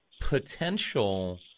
potential